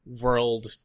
world